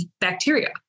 bacteria